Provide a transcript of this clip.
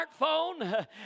smartphone